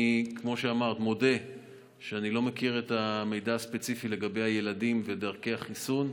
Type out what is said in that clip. אני מודה שאני לא מכיר את המידע הספציפי לגבי הילדים ודרכי החיסון.